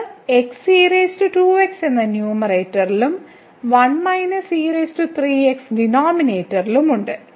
നമുക്ക് എന്ന ന്യൂമറേറ്ററിലും ഡിനോമിനേറ്ററിലുമുണ്ട്